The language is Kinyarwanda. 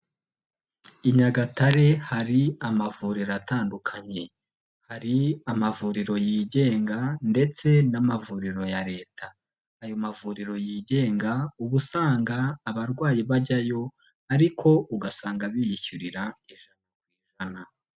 I Nyagatare hari amavuriro atandukanye. Hari amavuriro yigenga ndetse n'amavuriro ya leta. Ayo mavuriro yigenga ubusanga abarwayi bajyayo ariko ugasanga biyishyurira ijana ku ijana.